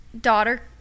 daughter